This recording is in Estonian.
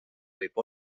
võib